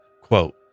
quote